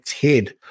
head